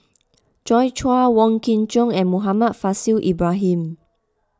Joi Chua Wong Kin Jong and Muhammad Faishal Ibrahim